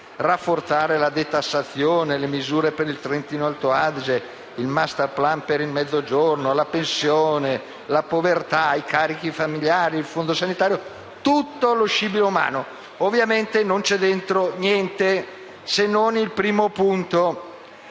rafforzare la detassazione, le misure per il Trentino-Alto Adige, il *masterplan* per il Mezzogiorno, la pensione, la povertà, i carichi familiari, il fondo sanitario, tutto lo scibile umano. Ovviamente la risoluzione non contiene nulla se non il primo punto